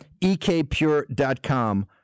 ekpure.com